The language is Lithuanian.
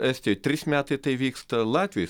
estijoj trys metai tai vyksta latviai